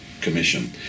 commission